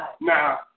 Now